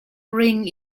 ring